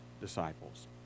disciples